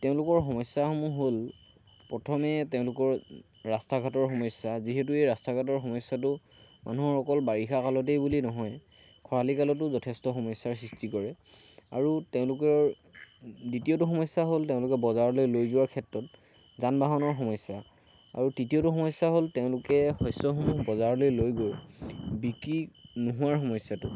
তেওঁলোকৰ সমস্যাসমূহ হ'ল প্ৰথমে তেওঁলোকৰ ৰাষ্টা ঘাটৰ সমস্যা যিহেতু এই ৰাষ্টা ঘাটৰ সমস্যাটো মানুহৰ অকল বাৰিষা কালতে বুলি নহয় খৰালি কালতো যথেষ্ট সমস্যাৰ সৃষ্টি কৰে আৰু তেওঁলোকৰ দ্বিতীয়টো সমস্যাটো হ'ল তেওঁলোকে বজাৰলৈ লৈ যোৱাৰ ক্ষেত্ৰত যান বাহনৰ সমস্যা আৰু তৃতীয়টো সমস্যা হ'ল তেওঁলোকে শস্যসমূহ বজাৰলৈ লৈ গৈ বিক্ৰী নোহোৱাৰ সমস্যাটো